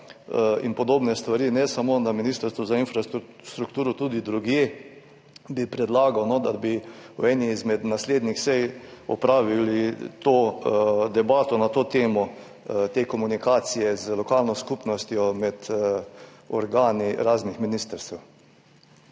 bi dogajale, ne samo na Ministrstvu za infrastrukturo, tudi drugje, bi predlagal, da bi na eni izmed naslednjih sej opravili debato na to temo, glede te komunikacije z lokalno skupnostjo, med organi raznih ministrstev.